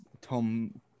Tom